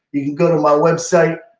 you can go to my website.